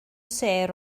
sêr